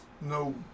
no